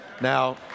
Now